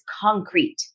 concrete